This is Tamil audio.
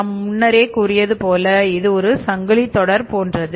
நாம் முன்னரே கூறியது போல இது ஒரு சங்கிலித்தொடர் போன்றது